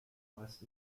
meist